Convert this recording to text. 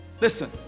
Listen